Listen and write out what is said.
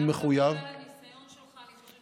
דווקא בגלל הניסיון שלך אני חושבת,